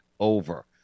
Over